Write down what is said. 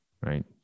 right